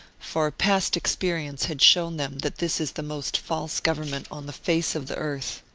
for past experience had shown them that this is the most false government on the face of the earth,